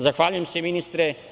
Zahvaljujem se ministre.